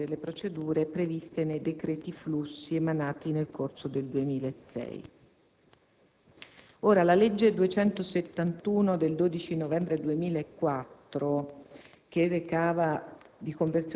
in conseguenza della definizione delle procedure previste dai decreti sui flussi emanati nel corso del 2006. La legge n. 271 del 12 novembre 2004,